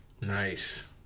Nice